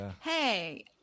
hey